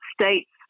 States